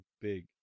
big